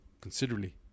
considerably